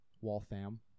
Waltham